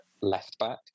left-back